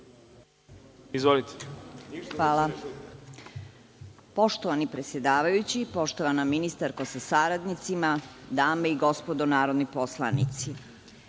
Ivković** Hvala. Poštovani predsedavajući, poštovani ministarko sa saradnicima, dame i gospodo narodni poslanici,